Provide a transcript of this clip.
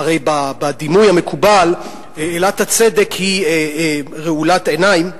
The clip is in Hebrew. הרי בדימוי המקובל אלת הצדק היא רעולת עיניים,